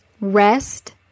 rest